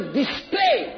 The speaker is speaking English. display